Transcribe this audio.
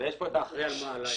--- יש פה את האחראי על מורי הדרך.